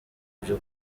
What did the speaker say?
ibyo